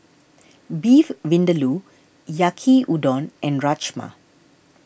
Beef Vindaloo Yaki Udon and Rajma